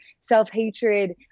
self-hatred